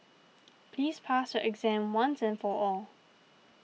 please pass your exam once and for all